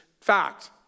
fact